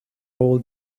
all